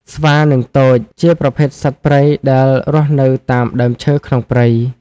ស្វា និងទោច ជាប្រភេទសត្វព្រៃដែលរស់នៅតាមដើមឈើក្នុងព្រៃ។